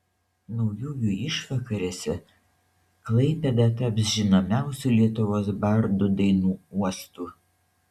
naujųjų išvakarėse klaipėda taps žinomiausių lietuvos bardų dainų uostu